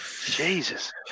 Jesus